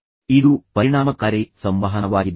ಈಗ ಇದು ಪರಿಣಾಮಕಾರಿ ಸಂವಹನವಾಗಿದೆ